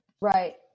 Right